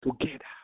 together